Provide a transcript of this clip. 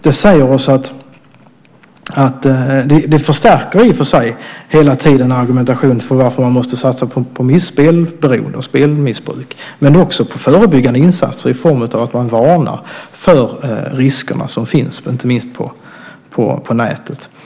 Det förstärker i och för sig hela tiden argumentationen för att man måste satsa på att komma till rätta med spelberoende och spelmissbruk men att man också måste satsa på förebyggande insatser i form av att man varnar för de risker som finns inte minst på nätet.